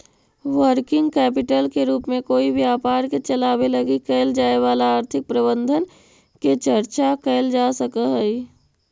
working capital के रूप में कोई व्यापार के चलावे लगी कैल जाए वाला आर्थिक प्रबंधन के चर्चा कैल जा सकऽ हई